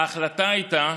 ההחלטה הייתה